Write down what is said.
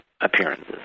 appearances